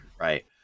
Right